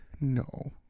no